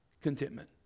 Contentment